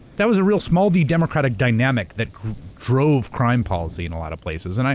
that was a real small d democratic dynamic that drove crime policy in a lot of places. and